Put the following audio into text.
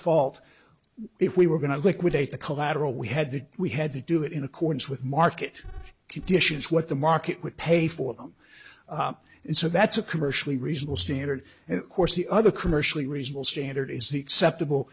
default if we were going to liquidate the collateral we had that we had to do it in accordance with market conditions what the market would pay for them and so that's a commercially reasonable standard and of course the other commercially reasonable standard is the acceptable